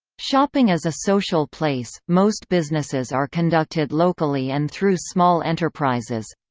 shopping as a social place most businesses are conducted locally and through small enterprises